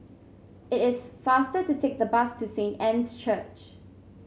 it is faster to take the bus to Saint Anne's Church